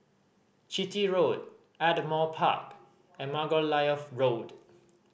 Chitty Road Ardmore Park and Margoliouth Road